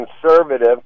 conservative